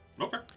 Okay